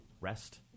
rest